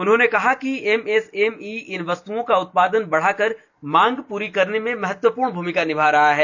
उन्होंने कहा कि एमएसएमई इन वस्तुओं का उत्पादन बढ़ाकर मांग पूरी करने में महत्वपूर्ण भूमिका निभा रहा है